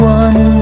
one